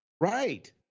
Right